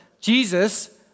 Jesus